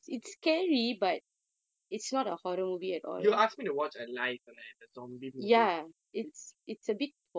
you ask me to watch alive right the zombie movie